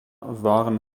waren